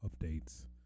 updates